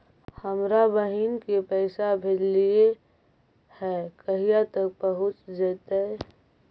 हमरा बहिन के पैसा भेजेलियै है कहिया तक पहुँच जैतै?